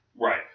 Right